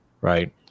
Right